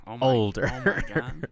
older